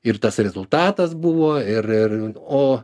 ir tas rezultatas buvo irir o